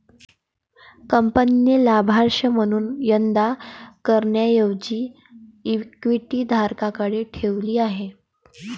कंपनीने लाभांश म्हणून अदा करण्याऐवजी इक्विटी धारकांकडे ठेवली आहे